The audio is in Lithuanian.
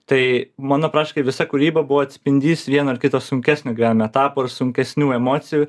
tai mano praktiškai visa kūryba buvo atspindys vieno ar kito sunkesnio gyvenimo etapo ir sunkesnių emocijų